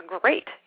great